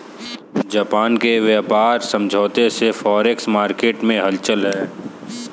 Japan के व्यापार समझौते से फॉरेक्स मार्केट में हलचल है